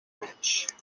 rich